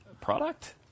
product